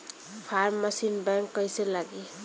Form machine बैक कईसे लागी?